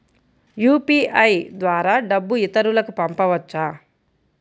UPI ద్వారా డబ్బు ఇతరులకు పంపవచ్చ?